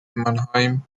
manheim